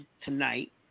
tonight